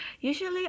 usually